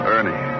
Ernie